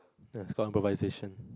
that's called improvisation